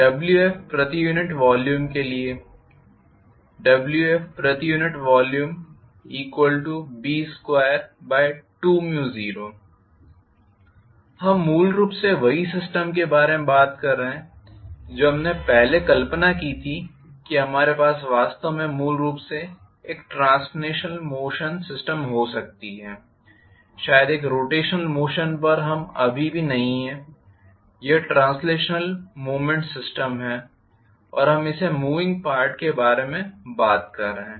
Wf प्रति unit volume के लिए Wf प्रति यूनिट वॉल्यूमB220 हम मूल रूप से वही सिस्टम के बारे में बात कर रहे हैं जो हमने पहले कल्पना की थी कि हमारे पास वास्तव में मूल रूप से एक ट्रांसलेशनल मोशन सिस्टम हो सकती है शायद एक रोटेशनल मोशन पर हम अभी भी नहीं हैं यह ट्रांसलेशनल मूवमेंट सिस्टम है और हम इसे मूविंग पार्ट के बारे में बात कर रहे हैं